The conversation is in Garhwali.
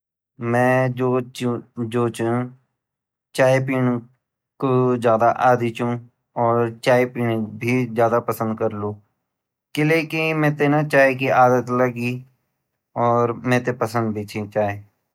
मैं जो ची चाय पीणु कू ज़्यादा आदि छुं और चाय पीण ही ज़्यादा करलु किले की मैते चाय पयोडे आदत लगी अर मैते पसंद भी ची चाय।